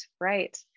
Right